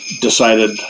decided